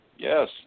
Yes